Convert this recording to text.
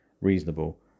reasonable